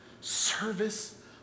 Service